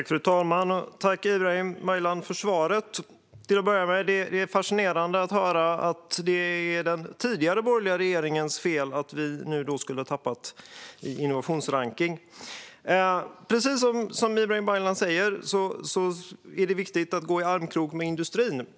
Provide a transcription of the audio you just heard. Fru talman! Tack för svaret, Ibrahim Baylan! Till att börja med är det fascinerande att höra att det är den tidigare borgerliga regeringens fel att vi har tappat i innovationsrankning. Precis som Ibrahim Baylan säger är det viktigt att gå i armkrok med industrin.